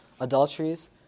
adulteries